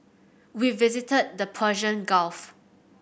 we visited the Persian Gulf